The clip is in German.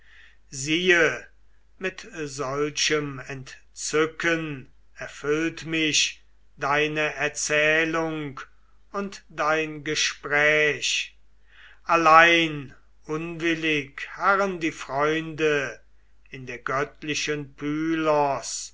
siehe mit solchem entzücken erfüllt mich deine erzählung und dein gespräch allein unwillig harren die freunde in der göttlichen